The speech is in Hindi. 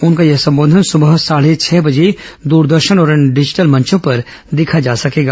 उनका यह संबोधन सबह साढे छह बजे दरदर्शन और अन्य डिजिटल मंचों पर देखा जा सकेगा